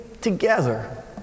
together